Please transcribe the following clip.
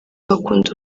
bakunda